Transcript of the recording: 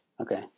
okay